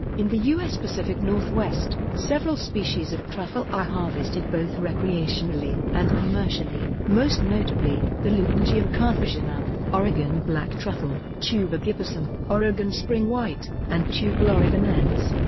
in the u s. pacific northwest, several species of truffle are harvested both recreationally and commercially, most notably, the leucangium carthusianum, oregon black truffle, tuber gibbosum, oregon spring white, and tuber oregonense,